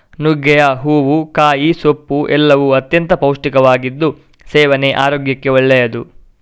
ನುಗ್ಗೆಯ ಹೂವು, ಕಾಯಿ, ಸೊಪ್ಪು ಎಲ್ಲವೂ ಅತ್ಯಂತ ಪೌಷ್ಟಿಕವಾಗಿದ್ದು ಸೇವನೆ ಆರೋಗ್ಯಕ್ಕೆ ಒಳ್ಳೆದ್ದು